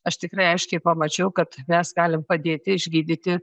aš tikrai aiškiai pamačiau kad mes galim padėti išgydyti